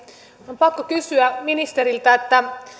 on pakko kysyä ministeriltä